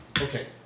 Okay